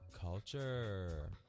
culture